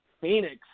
Phoenix